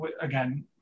again